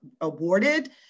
awarded